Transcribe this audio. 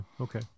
Okay